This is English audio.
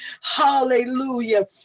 hallelujah